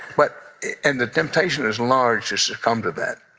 but and the temptation is large to succumb to that.